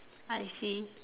I see